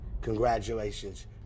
Congratulations